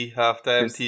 halftime